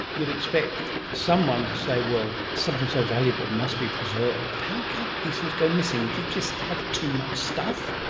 you'd expect someone to say, well, something so valuable must be preserved. how could these things go missing? do you just have too much stuff?